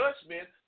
judgment